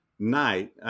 Night